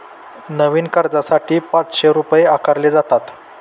नवीन अर्जासाठी पाचशे रुपये आकारले जातात